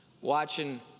watching